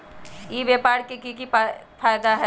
ई व्यापार के की की फायदा है?